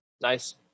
Nice